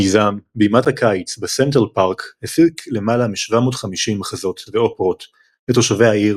מיזם בימת הקיץ בסנטרל פארק הפיק למעלה מ-750 מחזות ואופרות לתושבי העיר